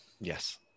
Yes